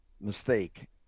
mistake